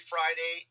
Friday